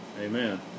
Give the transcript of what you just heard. Amen